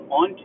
on